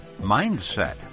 mindset